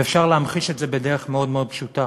ואפשר להמחיש את זה בדרך מאוד מאוד פשוטה.